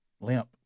Limp